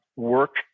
work